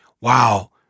wow